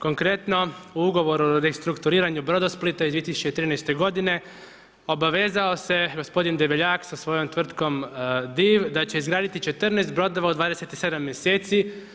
Konkretno o ugovoru o restrukturiranju Brodosplita iz 2013. godine obavezao se gospodin Debeljak sa svojom tvrtkom Div da će izgraditi 14 brodova u 27 mjeseci.